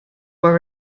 were